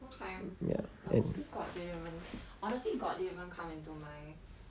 okay honestly god didn't honestly god didn't even come into my